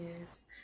Yes